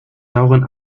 sauren